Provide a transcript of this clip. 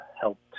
helped